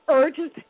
urgent